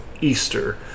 Easter